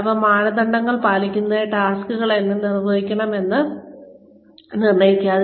ഈ മാനദണ്ഡങ്ങൾ പാലിക്കുന്നതിനായി ടാസ്ക്കുകൾ എങ്ങനെ നിർവഹിക്കണമെന്ന് നിർണ്ണയിക്കുക